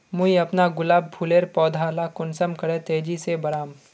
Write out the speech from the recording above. मुई अपना गुलाब फूलेर पौधा ला कुंसम करे तेजी से बढ़ाम?